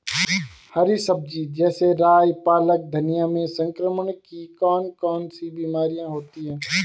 हरी सब्जी जैसे राई पालक धनिया में संक्रमण की कौन कौन सी बीमारियां होती हैं?